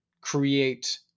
create